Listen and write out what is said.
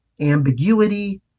ambiguity